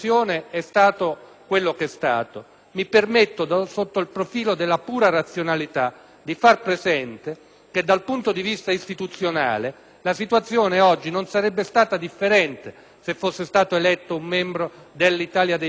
far presente, sotto il profilo della pura razionalità, che dal punto di vista istituzionale la situazione oggi non sarebbe stata differente se fosse stato eletto un membro dell'Italia dei Valori e non un membro dell'altro Gruppo.